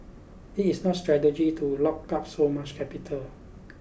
it is not strategic to lock up so much capital